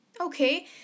Okay